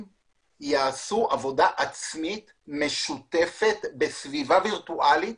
יעשו עבודה עצמית משותפת בסביבה וירטואלית